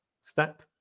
step